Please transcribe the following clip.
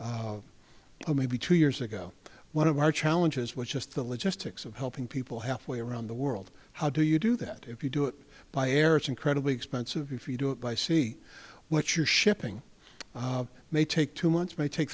but maybe two years ago one of our challenges was just the logistics of helping people halfway around the world how do you do that if you do it by air it's incredibly expensive if you do it by sea what you're shipping may take two months may take